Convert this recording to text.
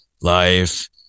Life